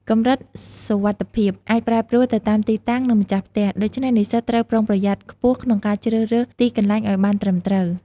កម្រិតសុវត្ថិភាពអាចប្រែប្រួលទៅតាមទីតាំង និងម្ចាស់ផ្ទះ ដូច្នេះនិស្សិតត្រូវប្រុងប្រយ័ត្នខ្ពស់ក្នុងការជ្រើសរើសទីកន្លែងឱ្យបានត្រឹមត្រូវ។